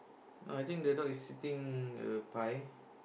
oh I think the dog is sitting a pie